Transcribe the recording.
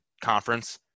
conference